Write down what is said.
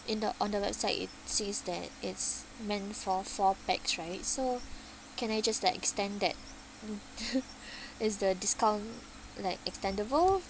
in the on the website it says that it's meant for four pax right so can I just like extent that is the discount like extendable